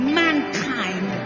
mankind